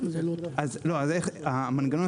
המנגנון,